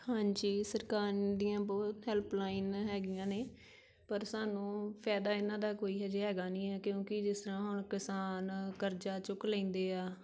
ਹਾਂਜੀ ਸਰਕਾਰ ਦੀਆਂ ਬਹੁਤ ਹੈਲਪਲਾਈਨ ਹੈਗੀਆਂ ਨੇ ਪਰ ਸਾਨੂੰ ਫ਼ਾਇਦਾ ਇਹਨਾਂ ਦਾ ਕੋਈ ਹਜੇ ਹੈਗਾ ਨਹੀਂ ਹੈ ਕਿਉਂਕਿ ਜਿਸ ਤਰ੍ਹਾਂ ਹੁਣ ਕਿਸਾਨ ਕਰਜ਼ਾ ਚੁੱਕ ਲੈਂਦੇ ਆ